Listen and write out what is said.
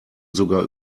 sogar